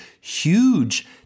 huge